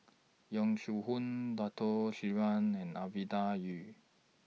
Yong Shu Hoong Dato Sri and Ovidia Yu